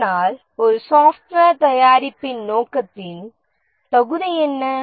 ஆனால் ஒரு சாப்ட்வேர் தயாரிப்பின் நோக்கத்தின் தகுதி என்ன